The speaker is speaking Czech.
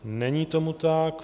Není tomu tak.